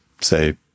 say